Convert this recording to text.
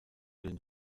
den